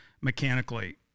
mechanically